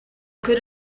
could